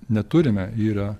neturime yra